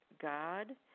God